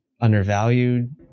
undervalued